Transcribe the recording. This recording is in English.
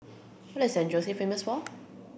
what is San Jose famous for